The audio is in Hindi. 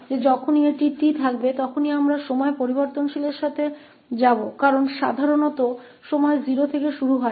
और यह मामला बहुत स्पष्ट है कि जब भी कोई t होगा तो हम केवल समय चर के साथ जाएंगे क्योंकि आमतौर पर समय 0 से शुरू होता है